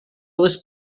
les